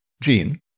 Gene